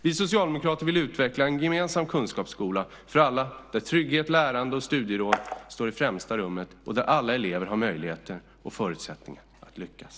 Vi socialdemokrater vill utveckla en gemensam kunskapsskola för alla där trygghet, lärande och studiero står i främsta rummet och där alla elever har möjligheter och förutsättningar att lyckas.